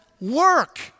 work